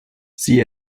sie